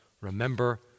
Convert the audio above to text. Remember